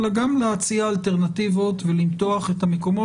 אלא גם להציע אלטרנטיבות ולמתוח את המקומות